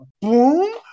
Boom